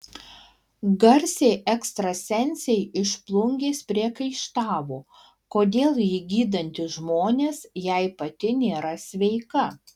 garsiai ekstrasensei iš plungės priekaištavo kodėl ji gydanti žmonės jei pati nėra sveika